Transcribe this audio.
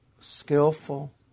skillful